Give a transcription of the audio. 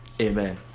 Amen